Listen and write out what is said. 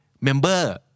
member